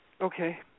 Okay